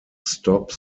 stop